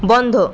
বন্ধ